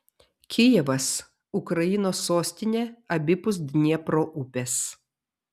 kijevas ukrainos sostinė abipus dniepro upės